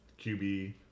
QB